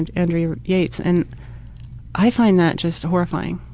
and andrea yates and i find that just horrifying.